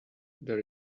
there